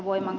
ään